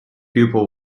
pupil